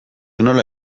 nola